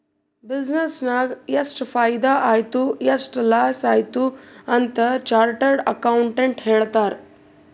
business ನಾಗ್ ಎಷ್ಟ ಫೈದಾ ಆಯ್ತು ಎಷ್ಟ ಲಾಸ್ ಆಯ್ತು ಅಂತ್ ಚಾರ್ಟರ್ಡ್ ಅಕೌಂಟೆಂಟ್ ಹೇಳ್ತಾರ್